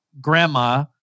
grandma